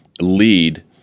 lead –